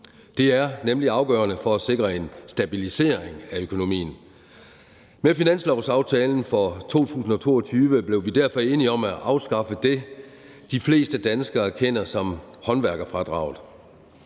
Det er nemlig afgørende for at sikre en stabilisering af økonomien. Med finanslovsaftalen for 2022 blev vi derfor enige om at afskaffe det, de fleste danskere kender som håndværkerfradraget.